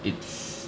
it's